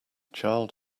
child